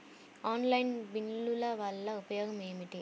Online బిల్లుల వల్ల ఉపయోగమేమిటీ?